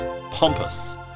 pompous